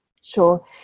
Sure